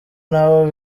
nabo